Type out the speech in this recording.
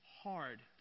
hard